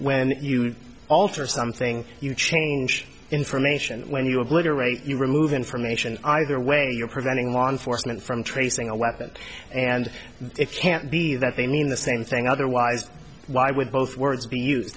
when you alter something you change information when you obliterate you remove information either way you're preventing law enforcement from tracing a weapon and it can't be that they mean the same thing otherwise why would both words be use